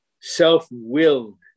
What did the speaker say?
self-willed